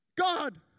God